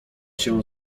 się